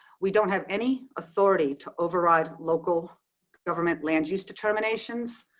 we don't have any authority to override local government land use determinations.